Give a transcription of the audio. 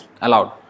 allowed